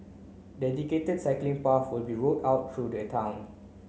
dedicated cycling paths will be rolled out through the town